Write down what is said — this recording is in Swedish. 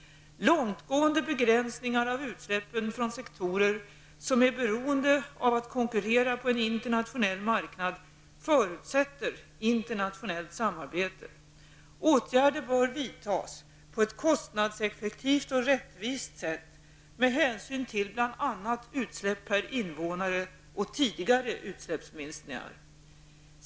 Långtgående begränsningar av utsläppen från sektorer som är beroende av att konkurrera på en internationell marknad förutsätter internationellt samarbete. Åtgärder bör vidtas på ett kostnadseffektivt och rättvist sätt, med hänsyn till bl.a. utsläpp per invånare och tidigare utsläppsminskningar.